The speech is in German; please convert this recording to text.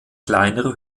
kleinere